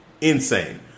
insane